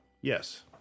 Yes